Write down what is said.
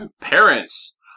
parents